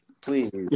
Please